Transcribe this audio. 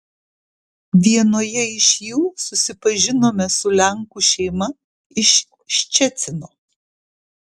vienoje iš jų susipažinome su lenkų šeima iš ščecino